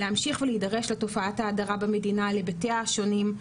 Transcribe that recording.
להמשיך ולהידרש לתופעת ההדרה במדינה להיבטיה השונים,